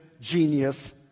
genius